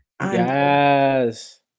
Yes